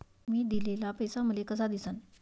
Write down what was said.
मी दिलेला पैसा मले कसा दिसन?